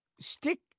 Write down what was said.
Stick